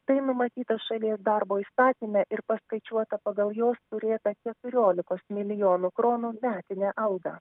tai numatyta šalies darbo įstatyme ir paskaičiuota pagal jos turėtą keturiolikos milijonų kronų metinę algą